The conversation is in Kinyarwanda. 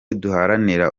udaharanira